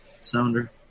sounder